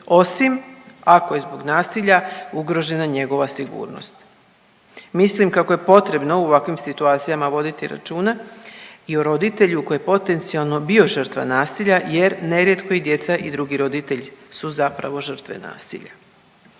osim ako je zbog nasilja ugrožena njegova sigurnost. Mislim kako je potrebno u ovakvim situacijama voditi računa i o roditelju koji je potencijalno bio žrtva nasilja, jer nerijetko i djeca i drugi roditelj su zapravo žrtve nasilja.